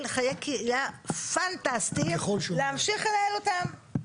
חיי קהילה פנטסטיים להמשיך לנהל אותם.